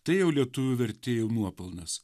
tai jau lietuvių vertėjų nuopelnas